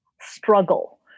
struggle